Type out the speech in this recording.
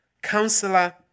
Counselor